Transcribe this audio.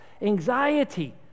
anxiety